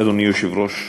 אדוני היושב-ראש,